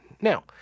Now